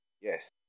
yes